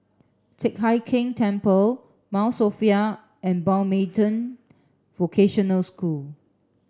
Teck Hai Keng Temple Mount Sophia and Mountbatten Vocational School